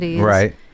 Right